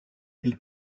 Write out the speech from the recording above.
elles